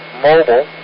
mobile